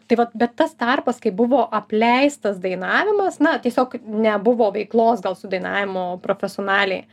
tai vat bet tas tarpas kai buvo apleistas dainavimas na tiesiog nebuvo veiklos gal su dainavimu profesionaliai